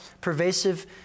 pervasive